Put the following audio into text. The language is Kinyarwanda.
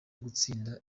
gutsinda